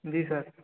जी sir